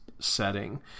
setting